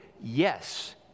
yes